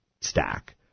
stack